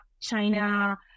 China